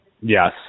Yes